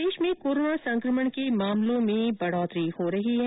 प्रदेश में कोरोना संक्रमण के मामलों में बढ़ोतरी हो रही है